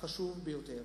החשוב ביותר.